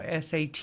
SAT